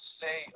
say